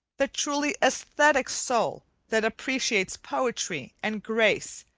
the truly aesthetic soul that appreciates poetry, and grace,